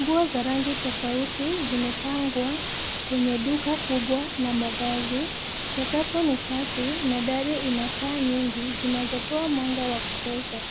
Nguo za rangi tofauti zimepangwa, kwenye duka kubwa la mavazi, sakafu ni safi na dari ina taa nyingi zinazotoa mwanga wa kutosha,